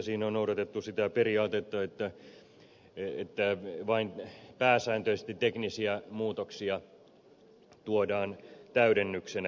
siinä on noudatettu sitä periaatetta että pääsääntöisesti vain teknisiä muutoksia tuodaan täydennyksenä